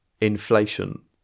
Inflation